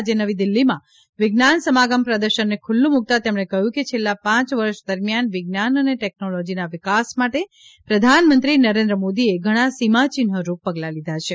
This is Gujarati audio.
આજે નવી દીલ્ફીમાં વિજ્ઞાન સમાગમ પ્રદર્શનને ખુલ્લું મૂકતાં તેમણે કહ્યું કે છેલ્લાં પાંચ વર્ષ દરમિયાન વિજ્ઞાન અને ટેકનોલોજીના વિકાસ માટે પ્રધાનમંત્રી નરેન્દ્ર મોદીએ ઘણાં સીમાચિન્હરૂપ પગલાં લીધાં છે